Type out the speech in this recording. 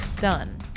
done